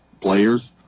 players